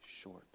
short